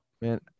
man